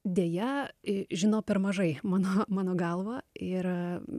deja žino per mažai mano mano galva ir